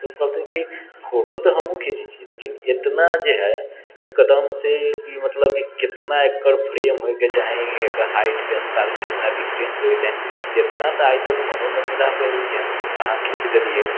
उ कहलखिन फोटो तऽ हमहुँ खिञ्चै छी लेकिन एतना जे है एकदमसँ मतलब कि केना एकर फ्रेम होइके चाही एकर हाइटके अनुसार केतना डिस्टेन्स होइके चाही इतना तऽ आइ तक हमहुँ मिला पैली जेहन अहाँ खीञ्च देलियै